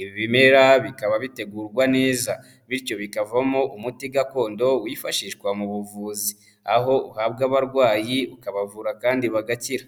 ibi bimera bikaba bitegurwa neza, bityo bikavamo umuti gakondo wifashishwa mu buvuzi, aho uhabwa abarwayi ukabavura kandi bagakira.